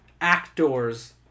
actors